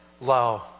low